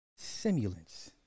simulants